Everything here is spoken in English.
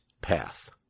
path